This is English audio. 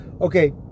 Okay